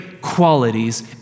qualities